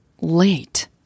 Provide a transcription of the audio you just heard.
late